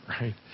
right